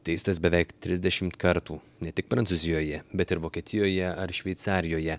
teistas beveik trisdešimt kartų ne tik prancūzijoje bet ir vokietijoje ar šveicarijoje